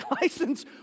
license